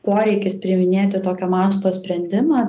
poreikis priiminėti tokio masto sprendimą